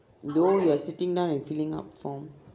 though you are sitting down and filling up forms